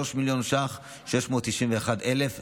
3,691,000 שקלים,